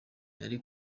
ari